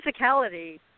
physicality